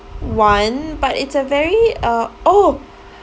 one but it's a very uh oh